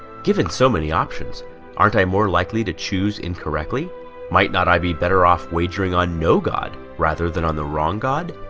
given so many options aren't i more likely to choose incorrectly might not i be better off wagering on no god rather than on the wrong god